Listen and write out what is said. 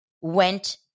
went